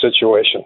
situation